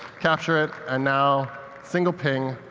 capture it and now single ping,